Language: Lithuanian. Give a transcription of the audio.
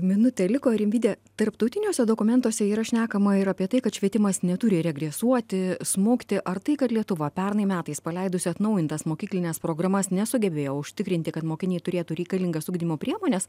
minutė liko rimvyde tarptautiniuose dokumentuose yra šnekama ir apie tai kad švietimas neturi regresuoti smukti ar tai kad lietuva pernai metais paleidusi atnaujintas mokyklines programas nesugebėjo užtikrinti kad mokiniai turėtų reikalingas ugdymo priemones